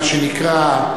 מה שנקרא,